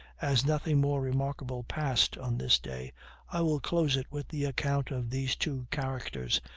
as nothing more remarkable passed on this day i will close it with the account of these two characters,